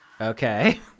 Okay